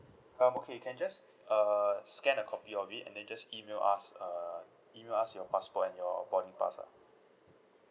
um okay can just err scan a copy of it and then just email us err email us your passport and your boarding pass lah